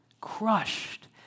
crushed